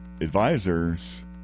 advisor's